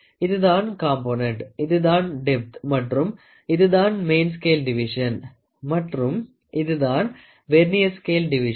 இதுதான் காம்பனன்ட் இதுதான் டெப்த் மற்றும் இதுதான் மெயின் ஸ்கேல் டிவிஷன் மற்றும் இதுதான் வெர்னியர் ஸ்கேல் டிவிஷன்